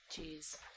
Jeez